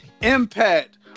Impact